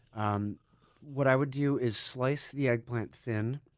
um what i would do is slice the eggplant thin